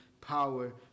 power